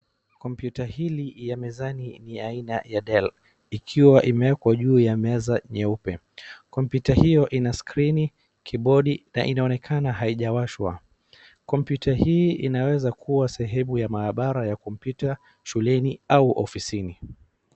Kompyuta hii ya mezani ni aina ya Dell , ikiwa imewekwa juu ya meza nyeupe. Kompyuta hiyo ina skrini, kibodi na inaonekana haijawashwa. Kompyuta hii inaweza kuwa sehemu ya maabara ya kompyuta, shuleni au ofisini.